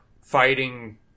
fighting